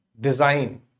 design